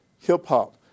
hip-hop